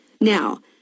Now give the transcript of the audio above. Now